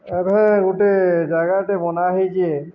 ଏ ଭାଇ ଗୋଟେ ଜାଗାଟେ ବନା ହେଇଛି